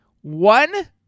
one